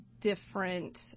different